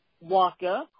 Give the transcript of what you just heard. walker